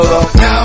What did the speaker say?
Now